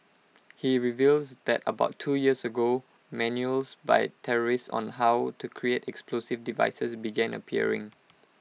he reveals that about two years ago manuals by terrorists on how to create explosive devices began appearing